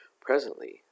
Presently